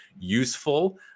useful